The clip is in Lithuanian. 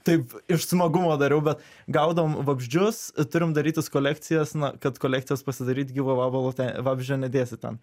taip iš smagumo dariau bet gaudom vabzdžius turim darytis kolekcijas na kad kolekcijas pasidaryt gyvo vabalo vabzdžio nedėsi ten